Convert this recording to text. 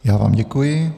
Já vám děkuji.